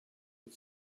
but